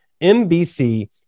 MBC